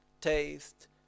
taste